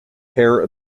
pair